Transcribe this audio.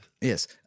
Yes